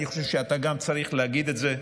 אני חושב שגם אתה צריך להגיד את זה,